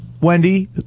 Wendy